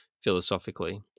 philosophically